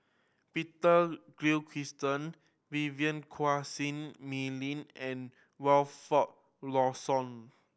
Peter Gilchrist Vivien Quahe Seah Mei Lin and Wilfed Lawson